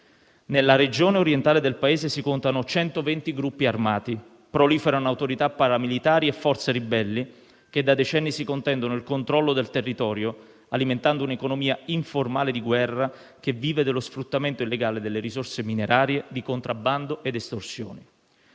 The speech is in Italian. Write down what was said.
Nella regione orientale del Paese si contano 120 gruppi armati, proliferano autorità paramilitari e forze ribelli, che da decenni si contendono il controllo del territorio, alimentando un'economia informale di guerra che vive dello sfruttamento illegale delle risorse minerarie, di contrabbando ed estorsione.